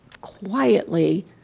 quietly